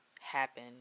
happen